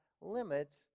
limits